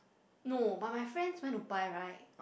no but my friends went to buy right